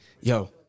yo